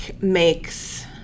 makes